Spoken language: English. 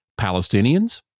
Palestinians